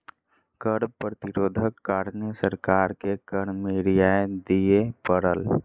कर प्रतिरोधक कारणें सरकार के कर में रियायत दिअ पड़ल